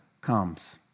comes